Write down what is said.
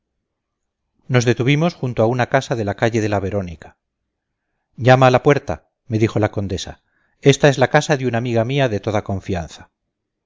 nos detuvimos junto a una casa de la calle de la verónica llama a la puerta me dijo la condesa esta es la casa de una amiga mía de toda confianza